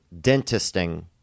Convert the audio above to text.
dentisting